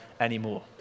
anymore